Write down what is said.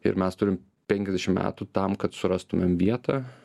ir mes turim penkiasdešim metų tam kad surastumėm vietą